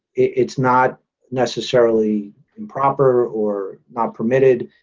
it's not necessarily improper or not permitted.